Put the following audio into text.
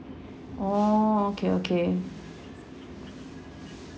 oh okay okay